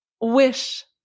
wish